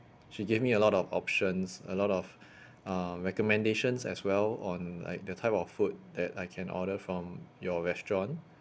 she gave me a lot of options a lot of uh recommendations as well on like the type of food that I can order from your restaurant